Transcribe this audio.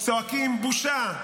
הפריעו לו,